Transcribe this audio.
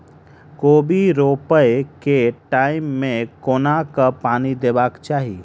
कोबी रोपय केँ टायम मे कोना कऽ पानि देबाक चही?